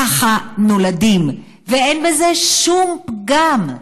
ככה נולדים, ואין בזה שום פגם.